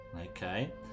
Okay